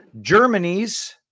germany's